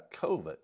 COVID